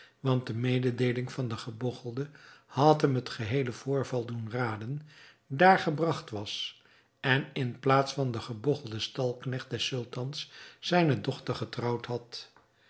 want de mededeeling van den gebogchelde had hem het geheele voorval doen raden daar gebragt was en in plaats van den gebogchelden stalknecht des sultans zijne dochter getrouwd had